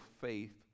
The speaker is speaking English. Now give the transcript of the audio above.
faith